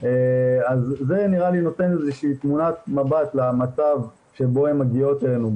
אז זה נראה לי שנותן איזו שהיא תמונת מצב שבו הן מגיעות אלינו,